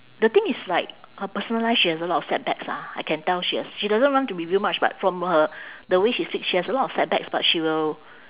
the thing is like her personal life she has a lot of setbacks ah I can tell she has she doesn't want to reveal much but from her the way she speak she has a lot of setbacks but she will